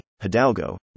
Hidalgo